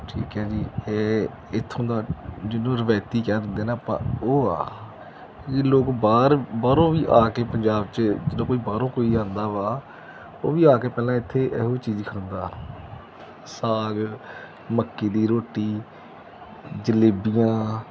ਠੀਕ ਹੈ ਜੀ ਇਹ ਇੱਥੋਂ ਦਾ ਜਿਹਨੂੰ ਰਵਾਇਤੀ ਕਹਿ ਦਿੰਦੇ ਨਾ ਆਪਾਂ ਉਹ ਆ ਇਹ ਲੋਕ ਬਾਹਰ ਬਾਹਰੋਂ ਵੀ ਆ ਕੇ ਪੰਜਾਬ 'ਚ ਜਦੋਂ ਕੋਈ ਬਾਹਰੋਂ ਕੋਈ ਆਉਂਦਾ ਵਾ ਉਹ ਵੀ ਆ ਕੇ ਪਹਿਲਾਂ ਇੱਥੇ ਇਹੋ ਚੀਜ਼ ਖਾਂਦਾ ਸਾਗ ਮੱਕੀ ਦੀ ਰੋਟੀ ਜਲੇਬੀਆਂ